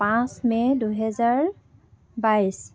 পাঁচ মে' দুহেজাৰ বাইছ